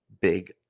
Big